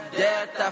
death